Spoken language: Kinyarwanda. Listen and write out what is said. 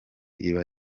iba